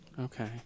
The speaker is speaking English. Okay